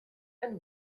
and